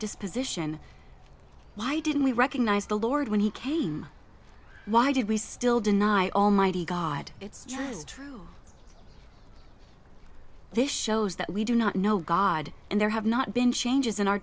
disposition why didn't we recognize the lord when he came why did we still deny almighty god it's just this shows that we do not know god and there have not been changes in our